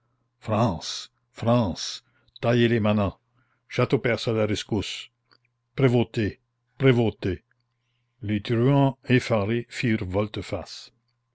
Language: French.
france france taillez les manants châteaupers à la rescousse prévôté prévôté les truands effarés firent volte-face